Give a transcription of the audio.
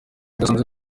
yasanze